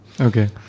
Okay